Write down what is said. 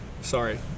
Sorry